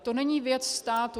To není věc státu.